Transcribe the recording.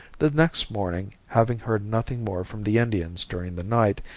the next morning, having heard nothing more from the indians during the night,